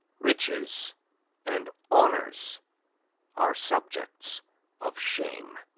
riches and honors are subjects of shame.